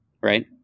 right